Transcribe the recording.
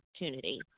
opportunity